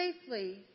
safely